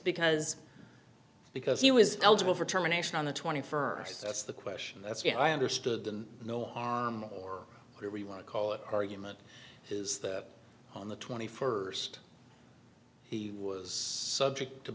because because he was eligible for terminations on the twenty first that's the question that's you know i understood and no harm or whatever you want to call it argument is that on the twenty first he was subject to